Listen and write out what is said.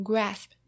Grasp